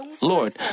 Lord